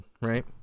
right